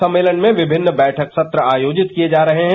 सम्मेलन में विभिन्न बैठक सत्र आयोजित किए जा रहे हैं